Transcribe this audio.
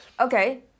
Okay